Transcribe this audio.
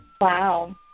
Wow